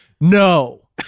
No